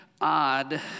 odd